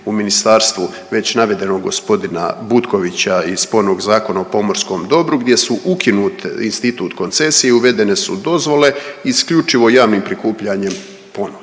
u ministarstvu već navedenog gospodina Butkovića i spornog Zakona o pomorskom dobru, gdje su ukinut institut koncesije i uvedene su dozvole isključivo javnim prikupljanjem ponuda.